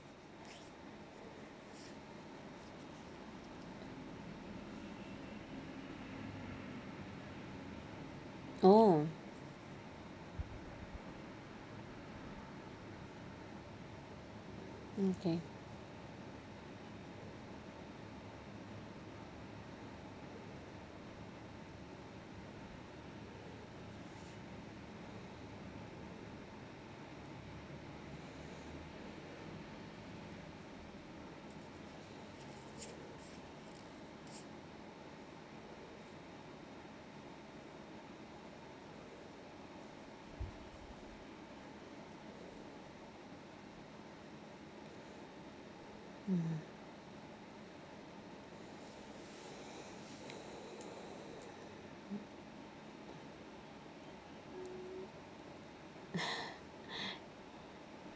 oh okay mm